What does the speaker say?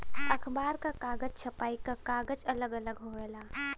अखबार क कागज, छपाई क कागज अलग अलग होवेला